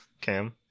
Cam